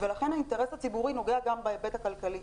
לכן האינטרס הציבורי נוגע גם בהיבט הכלכלי.